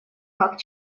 как